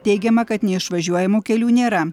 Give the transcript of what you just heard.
teigiama kad neišvažiuojamų kelių nėra